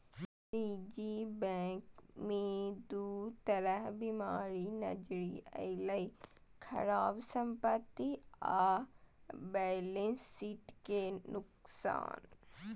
निजी बैंक मे दू तरह बीमारी नजरि अयलै, खराब संपत्ति आ बैलेंस शीट के नुकसान